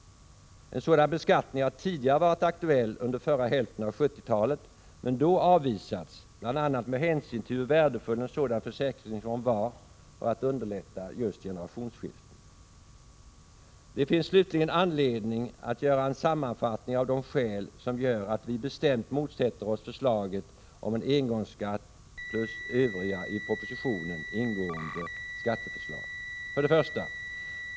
En sådan beskattning har tidigare varit aktuell under förra hälften av 1970-talet men då avvisats, bl.a. med hänsyn till hur värdefull en sådan försäkringsform var för att underlätta generationsskiften. Det finns slutligen anledning att göra en sammanfattning av de skäl som gör att vi bestämt motsätter oss förslaget om en engångsskatt samt övriga i Prot. 1986/87:48 propositionen ingående skatteförslag. 12 december 1986 1.